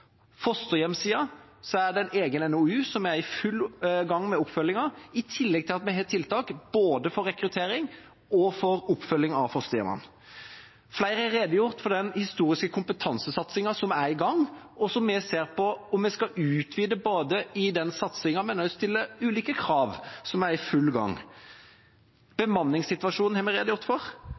er det en egen NOU som er i full gang med oppfølgingen i tillegg til at vi har tiltak både for rekruttering og for oppfølging av fosterhjemmene. Flere har redegjort for den historiske kompetansesatsingen som er i gang, og som vi ser på om vi skal utvide, både den satsingen og å stille ulike krav, som er i full gang. Bemanningssituasjonen har vi redegjort for,